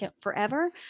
forever